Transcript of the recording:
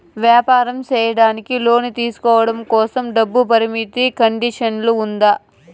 వ్యాపారం సేయడానికి లోను తీసుకోవడం కోసం, డబ్బు పరిమితి కండిషన్లు ఉందా?